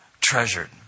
treasured